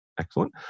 Excellent